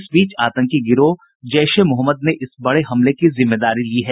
इस बीच आतंकी गिरोह जैश ए मोहम्मद ने इस बड़े हमले की जिम्मेदारी ली है